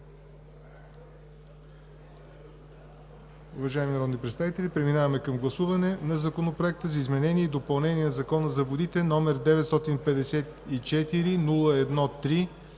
Уважаеми народни представители, преминаваме към гласуване на Законопроекта за изменение и допълнение на Закона за водите, № 954-01-3,